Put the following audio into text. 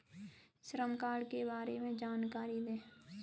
श्रम कार्ड के बारे में जानकारी दें?